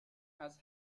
has